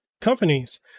companies